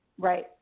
Right